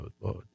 Lord